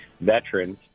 veterans